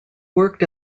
worked